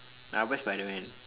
I will buy Spiderman